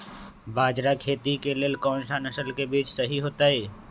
बाजरा खेती के लेल कोन सा नसल के बीज सही होतइ?